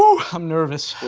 so i'm nervous.